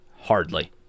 Hardly